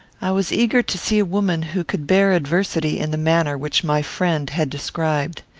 i was eager to see a woman who could bear adversity in the manner which my friend had described.